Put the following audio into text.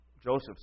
Joseph's